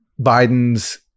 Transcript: Biden's